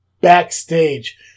backstage